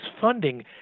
funding